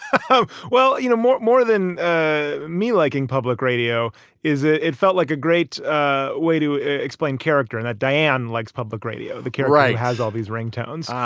oh, well, you know, more more than ah me liking public radio is it it felt like a great ah way to explain character in a diane like public radio. the kenwright has all these ringtones,